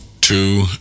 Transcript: two